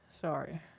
Sorry